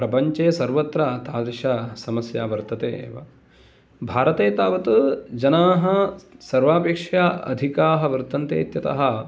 प्रपञ्चे सर्वत्र तादृश समस्या वर्ततेव भारते तावत् जनाः सर्वापेक्षा अधिकाः वर्तन्ते इत्यतः